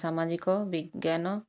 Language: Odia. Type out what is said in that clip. ସାମାଜିକ ବିଜ୍ଞାନ